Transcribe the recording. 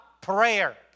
prayer